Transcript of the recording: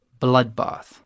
bloodbath